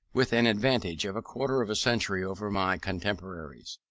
with an advantage of a quarter of a century over my contemporaries.